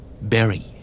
Berry